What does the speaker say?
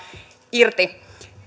irti